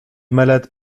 malades